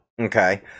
okay